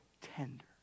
tender